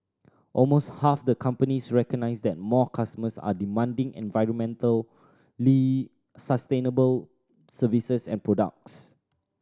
almost half the companies recognise that more customers are demanding environmentally sustainable services and products